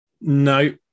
no